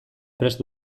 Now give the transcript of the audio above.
prest